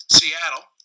Seattle